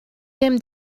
ddim